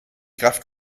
kraft